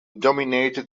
dominated